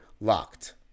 LOCKED